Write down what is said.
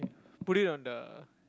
put it on the